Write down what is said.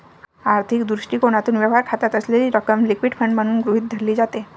आर्थिक दृष्टिकोनातून, व्यवहार खात्यात असलेली रक्कम लिक्विड फंड म्हणून गृहीत धरली जाते